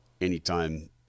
anytime